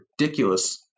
ridiculous